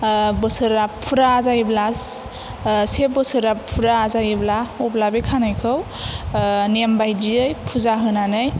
बोसोरा फुरा जायोब्ला से बोसोरा फुरा जायोब्ला अब्ला बे खानायखौ नेम बायदियै फुजा होनानै